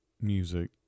Music